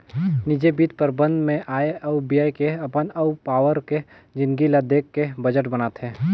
निजी बित्त परबंध मे आय अउ ब्यय के अपन अउ पावार के जिनगी ल देख के बजट बनाथे